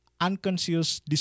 unconscious